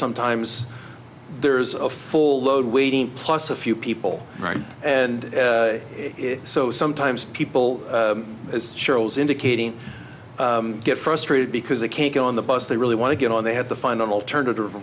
sometimes there's a full load waiting plus a few people right and so sometimes people as charles indicating get frustrated because they can't get on the bus they really want to get on they have to find an alternative